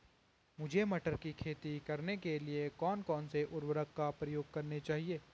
मुझे मटर की खेती करने के लिए कौन कौन से उर्वरक का प्रयोग करने चाहिए?